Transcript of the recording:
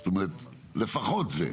זאת אומרת לפחות זה.